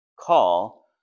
call